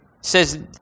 says